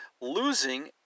losing